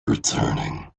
returning